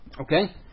Okay